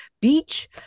beach